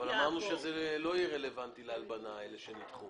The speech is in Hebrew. אבל אמרנו שזה לא יהיה רלבנטי להלבנה, אלה שנדחו.